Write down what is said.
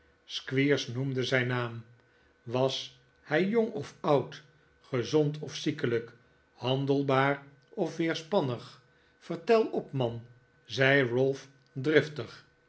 noemde zijn naam was hij jong of oud gezond of ziekelijk handelbaar of weerspannig vertel op man zei ralph driftig